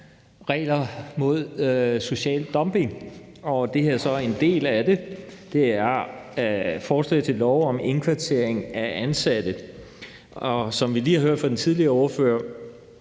regler mod social dumping; det her er så en del af det. Det er forslag til lov om indkvartering af ansatte. Som vi lige har hørt fra den tidligere ordfører,